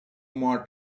more